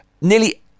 Nearly